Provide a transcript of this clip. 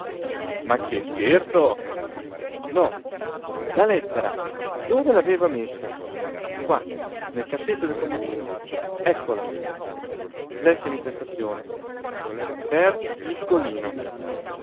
ma che scherzo no la lettera dove l'aveva messa qua nel cassetto del comodino eccola lesse l'intestazione per niccolino